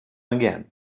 again